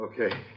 Okay